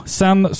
sen